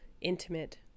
intimate